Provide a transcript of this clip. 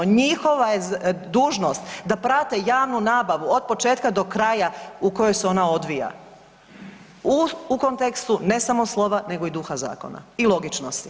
Njihova dužnost da prate javnu nabavu od početka do kraja u kojoj se ona odvija u kontekstu ne samo slova nego i duha zakona i logičnosti.